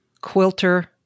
quilter